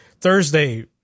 Thursday